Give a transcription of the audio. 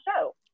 show